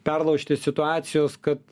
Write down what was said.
perlaužti situacijos kad